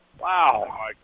wow